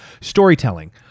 Storytelling